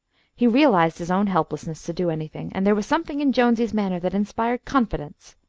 he realised his own helplessness to do anything, and there was something in jonesy's manner that inspired confidence.